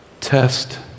test